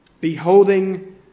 Beholding